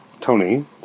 Tony